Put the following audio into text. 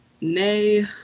Nay